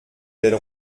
belle